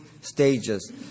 stages